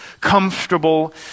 comfortable